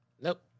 Nope